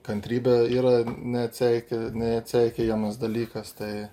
kantrybė yra neatseik neatseikėjamas dalykas tai